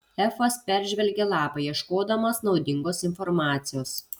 efas peržvelgė lapą ieškodamas naudingos informacijos